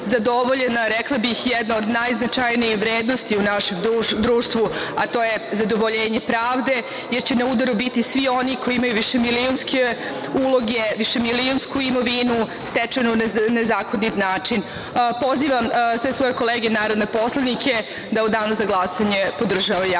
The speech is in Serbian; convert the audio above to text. zadovoljena, rekla bih, jedna od najznačajnijih vrednosti u našem društvu, a to je zadovoljenje pravde, jer će na udaru biti svi oni koji imaju višemilionske uloge, višemilionsku imovinu stečenu na nezakonit način. Pozivam sve svoje kolege narodne poslanike da u danu za glasanje podrže ovaj jako